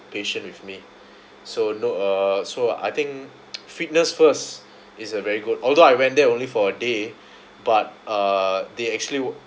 patient with me so no uh so I think Fitness First is a very good although I went there only for a day but uh they actually were